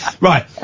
Right